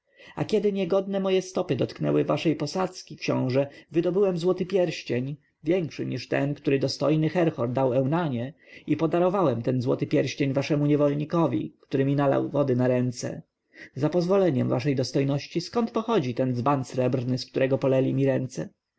a kiedy niegodne moje stopy dotknęły waszej posadzki książę wydobyłem złoty pierścień większy niż ten który dostojny herhor dał eunanie i podarowałem ten złoty pierścień waszemu niewolnikowi który mi nalał wody na ręce za pozwoleniem waszej dostojności skąd pochodzi ten dzban srebrny z którego polali mi ręce